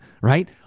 right